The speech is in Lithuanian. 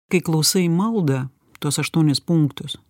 kai klausai maldą tuos aštuonis punktus